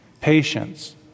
Patience